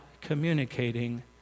communicating